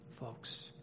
Folks